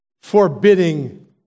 forbidding